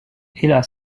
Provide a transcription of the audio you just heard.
hélas